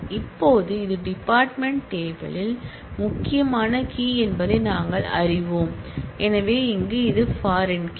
இப்போது இது department table யில் முக்கியமான கீ என்பதை நாங்கள் அறிவோம் எனவே இங்கே அது பாரின் கீ